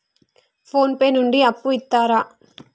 Phone pay నుండి అప్పు ఇత్తరా?